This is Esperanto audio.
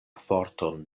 forton